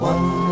One